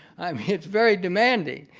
um it's very demanding.